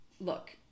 Look